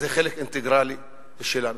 זה חלק אינטגרלי שלנו.